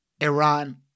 Iran